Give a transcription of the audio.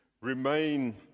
remain